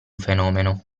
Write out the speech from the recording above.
fenomeno